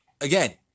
Again